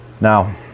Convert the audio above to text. Now